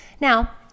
Now